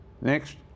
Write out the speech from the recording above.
Next